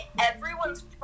everyone's